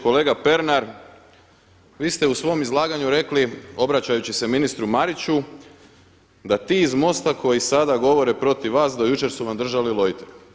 Kolega Pernar vi ste u svom izlaganju rekli, obraćajući se ministru Mariću da ti iz MOST-a koji govore protiv vas do jučer su vam držali lojtre.